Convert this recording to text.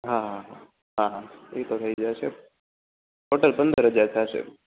હા હા ઇ તો થઈ જાસે ટોટલ પંદર હજાર થાસે